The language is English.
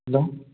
hello